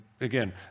Again